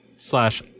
slash